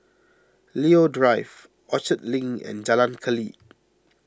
Leo Drive Orchard Link and Jalan Keli